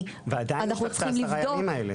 ועדיין הוא צריך את ה-10 ימים האלה.